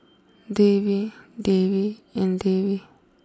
Devi Devi and Devi